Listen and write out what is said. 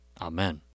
Amen